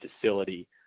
facility